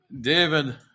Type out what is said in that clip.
David